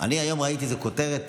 אני היום ראיתי איזו כותרת,